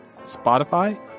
Spotify